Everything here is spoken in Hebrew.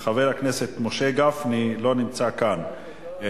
חבר הכנסת זבולון אורלב גם לא נמצא כאן,